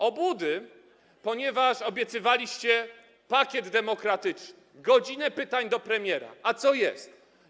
Obłudy, ponieważ obiecywaliście pakiet demokratyczny, godzinę pytań do premiera, a co jest?